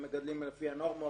הם מגדלים לפי הנורמה,